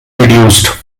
produced